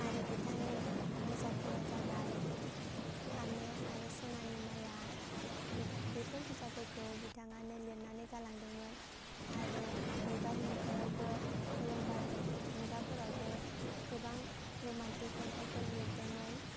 आरो बिथांनि बिजाबफोरा जाबाय फामे आरो स'नानि माला बिथां बेफोर बिजाबफोरखौ बिथाङानो लिरनानै गालांदोंमोन आरो बिबार मुगायावबो अलंबार मुगाफोरावबो गोबां रमान्टिक खन्थाइफोर लिरदोंमोन